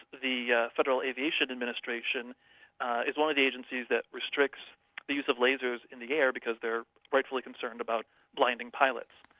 the yeah federal aviation administration is one of the agencies that restricts the use of lasers in the air because they're rightfully concerned about blinding pilots.